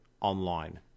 online